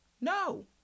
No